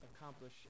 accomplish